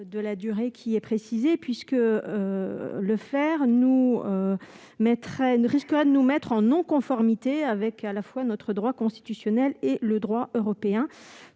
de la durée qui est précisé puisque le faire nous mettrait risque à nous mettre en non conformité avec à la fois notre droit constitutionnel et le droit européen